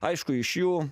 aišku iš jų